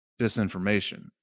disinformation